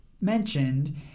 mentioned